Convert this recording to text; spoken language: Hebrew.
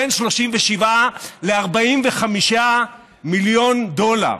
בין 37 ל-45 מיליון דולר.